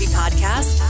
podcast